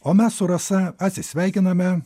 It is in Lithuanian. o mes su rasa atsisveikiname